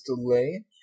delay